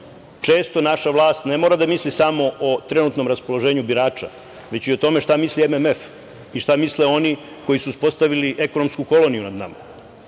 često naša vlast ne mora da misli samo o trenutnom raspoloženju birača, već i o tome šta misli MMF i šta misle oni koji su uspostavili ekonomsku koloniju nad nama